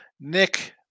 Nick